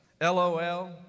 LOL